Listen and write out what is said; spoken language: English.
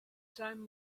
time